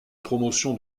promotion